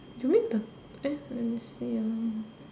you mean the eh let me see ah